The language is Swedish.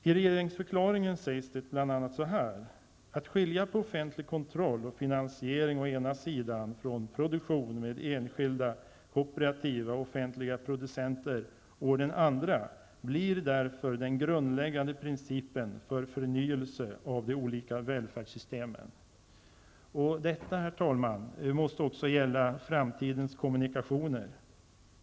I regeringsförklaringen sägs bl.a.: ''Att skilja på offentlig kontroll och finasiering å den ena sidan och en fri produktion med enskilda, kooperativa och offentliga producenter å den andra blir därför den grundläggande principen för förnyelse av de olika välfärdssystemen.'' Detta, herr talman, måste också gälla Sveriges framtida kommunikationer.